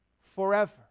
forever